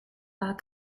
war